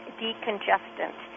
decongestant